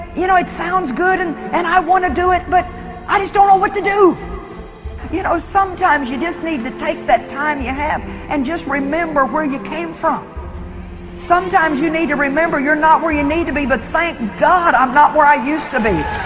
you know, it sounds good and and i want to do it, but i just don't know what to do you know, sometimes you just need to take that time you have and just remember where you came from sometimes you need to remember you're not where you need to be. but thank god i'm not where i used to be